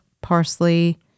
parsley